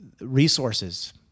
resources